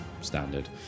standard